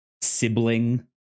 sibling